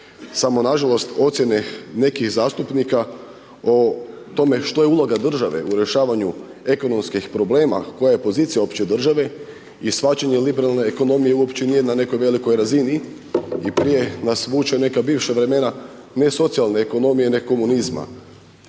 Samo nažalost nekih zastupnika o tome što je uloga države u rješavanju ekonomskih problema, koja je pozicija opće države i shvaćanje liberalne ekonomije uopće nije na nekoj velikoj razini i prije nas vuče u neka bivša vremena ne socijalne ekonomije nego komunizma.